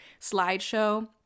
slideshow